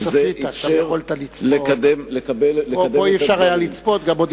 זה אפשר לקדם את הדברים.